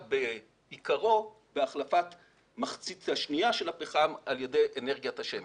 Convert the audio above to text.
בעיקרי בהחלפת המחצית השנייה של הפחם על ידי אנרגיית השמש.